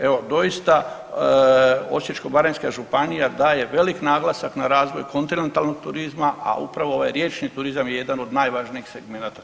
Evo doista Osječko-baranjska županija daje velik naglasak na razvoj kontinentalnog turizma, a upravo ovaj riječni turizam je jedan od najvažnijih segmenata tog.